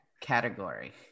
Category